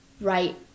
right